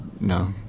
No